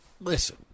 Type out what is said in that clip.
listen